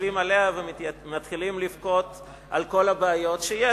שמתיישבים עליה ומתחילים לבכות על כל הבעיות שיש,